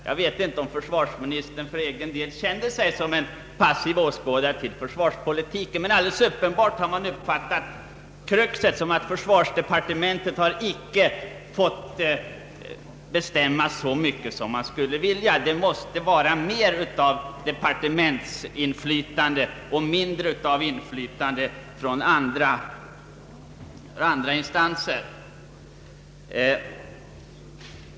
Jag vet inte om försvarsministern för egen del känner sig som en passiv åskådare till försvarspolitiken, men alldeles uppenbart har man uppfattat kruxet som så att för svarsdepartementet inte har fått bestämma så mycket som det skulle vilja. Det måste vara mer av departementsinflytande och mindre av inflytande från andra instanser, anses det tydligen.